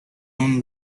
اون